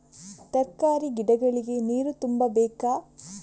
ತರಕಾರಿ ಗಿಡಗಳಿಗೆ ನೀರು ತುಂಬಬೇಕಾ?